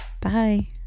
Bye